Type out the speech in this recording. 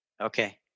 Okay